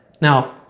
Now